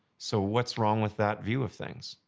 so, what's wrong with that view of things?